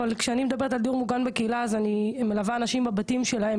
אבל כשאני מדברת על דיור מוגן בקהילה אני מלווה אנשים בבתים שלהם,